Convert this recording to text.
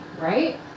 right